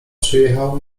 przyjechał